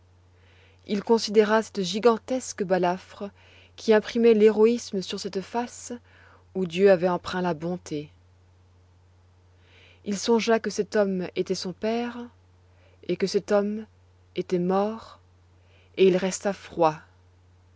il considéra cette gigantesque balafre qui imprimait l'héroïsme sur cette face où dieu avait empreint la bonté il songea que cet homme était son père et que cet homme était mort et il resta froid